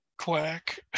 quack